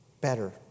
better